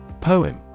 Poem